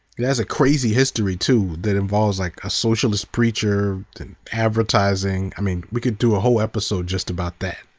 it has a crazy history, too, that involves like a socialist preacher and advertising, i mean we could do a whole episode just about that.